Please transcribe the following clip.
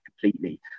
completely